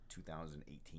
2018